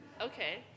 Okay